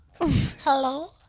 hello